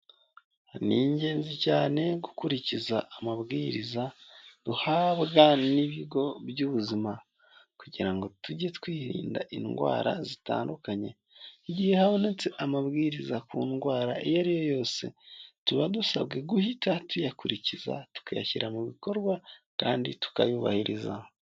Ni ingenzi cyane gukurikiza amabwiriza duhabwa n'ibigo by'ubuzima, kugira ngo tuge twirinda indwara zitandukanye, igihe habonetse amabwiriza ku ndwara iyo ariyo yose, tuba dusabwe guhita tuyakurikiza tukayashyira mu bikorwa kandi tukayubahiriza.